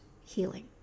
healing